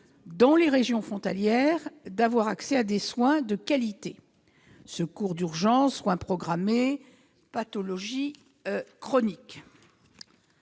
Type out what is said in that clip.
dans les régions frontalières d'avoir accès à des soins de qualité : secours d'urgence, soins programmés, pathologies chroniques.